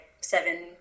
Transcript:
seven